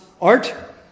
art